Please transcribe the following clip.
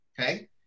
Okay